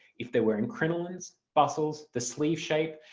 if they're wearing crinolines, bustles, the sleeve shape,